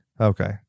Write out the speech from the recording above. Okay